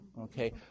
okay